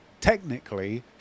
Technically